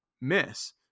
miss